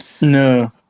No